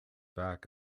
back